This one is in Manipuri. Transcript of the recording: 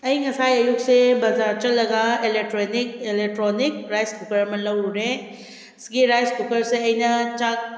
ꯑꯩ ꯉꯁꯥꯏ ꯑꯌꯨꯛꯁꯦ ꯕꯥꯖꯥꯔ ꯆꯠꯂꯒ ꯑꯦꯂꯦꯛꯇ꯭ꯔꯣꯅꯤꯛ ꯔꯥꯏꯁ ꯀꯨꯀꯔ ꯑꯃ ꯂꯧꯔꯨꯔꯦ ꯑꯁꯤꯒꯤ ꯔꯥꯏꯁ ꯀꯨꯀꯔꯁꯦ ꯑꯩꯅ ꯆꯥꯛ